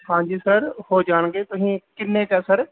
ਹਾਂਜੀ ਸਰ ਹੋ ਜਾਣਗੇ ਤੁਸੀਂ ਕਿੰਨੇ ਕੁ ਹੈ ਸਰ